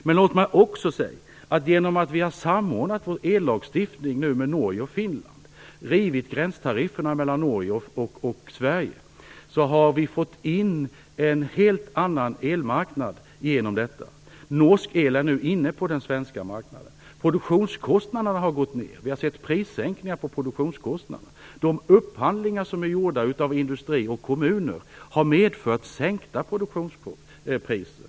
Genom att Sverige nu har samordnat ellagstiftningen med Norge och Finland och rivit gränstarifferna mellan Norge och Sverige har en helt annan elmarknad kommit in. Norsk el är nu inne på den svenska marknaden. Produktionskostnaderna har gått ned. Vi har sett prissänkningar på produktionskostnaderna. De upphandlingar som har gjorts av industri och kommuner har medfört sänkta produktionspriser.